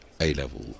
A-level